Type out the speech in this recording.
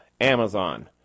Amazon